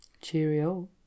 cheerio